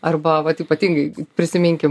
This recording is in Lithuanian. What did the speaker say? arba vat ypatingai prisiminkim